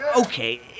Okay